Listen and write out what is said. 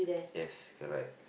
yes correct